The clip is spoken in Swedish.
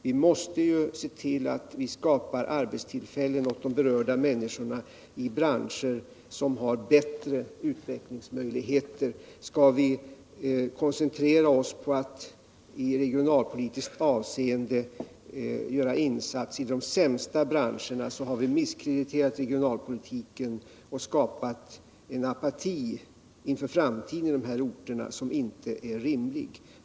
Vi måste ju se till, att vi skapar arbetstillfällen åt de berörda människorna i branscher som har bättre utvecklingsmöjligheter. Skall vi koncentrera oss på att i regionalpolitiskt avseende göra insatser i de sämsta branscherna. så har vi misskrediterat regionalpolitiken och skapat en apati inför framtiden i de här orterna som inte är rimlig.